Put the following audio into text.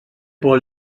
por